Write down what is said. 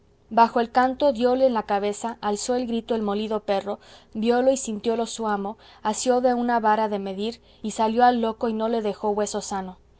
bajó el canto diole en la cabeza alzó el grito el molido perro violo y sintiólo su amo asió de una vara de medir y salió al loco y no le dejó hueso sano